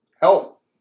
help